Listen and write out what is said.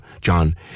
John